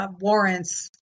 warrants